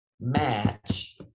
match